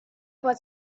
was